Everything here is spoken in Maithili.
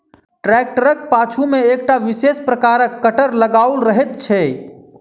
ट्रेक्टरक पाछू मे एकटा विशेष प्रकारक कटर लगाओल रहैत छै